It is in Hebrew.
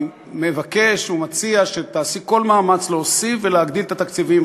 אני מבקש ומציע שתעשי כל מאמץ להוסיף ולהגדיל את התקציבים.